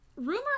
Rumor